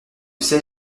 sais